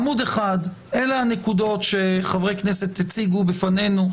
עמוד אחד, אלה הנקודות שחברי כנסת הציגו בפנינו.